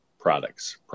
Products